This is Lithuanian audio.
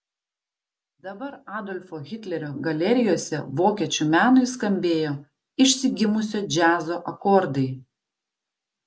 dabar adolfo hitlerio galerijose vokiečių menui skambėjo išsigimusio džiazo akordai